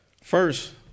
First